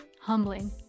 Humbling